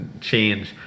change